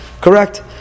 Correct